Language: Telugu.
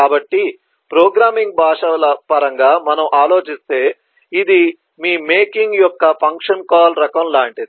కాబట్టి ప్రోగ్రామింగ్ భాషల పరంగా మనం ఆలోచిస్తే ఇది మీ మేకింగ్ యొక్క ఫంక్షన్ కాల్ రకం లాంటిది